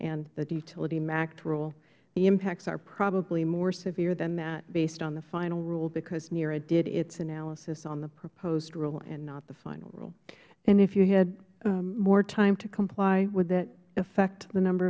rule the impacts are probably more severe than that based on the final rule because nera did its analysis on the proposed rule and not the final rule ms buerkle and if you had more time to comply would that affect the number